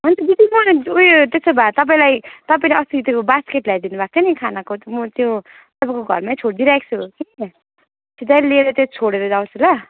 अनि त ऊ यो त्यसोभए तपाईँलाई तपाईँले अस्ति त्यो बास्केट ल्याइदिनुभएको थियो नि खानाको त्यो म त्यो तपाईँको घरमै छोडिदिइराखेको छु कि त्यो दाइले लिएर त्यो छोडेर जाओस् ल